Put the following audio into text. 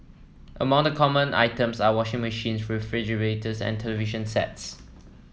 among the common items are washing machines refrigerators and television sets